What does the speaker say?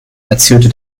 erzählte